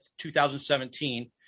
2017